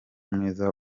mwiza